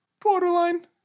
borderline